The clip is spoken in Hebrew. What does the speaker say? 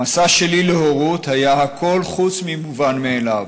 המסע שלי להורות היה הכול חוץ ממובן מאליו.